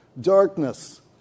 darkness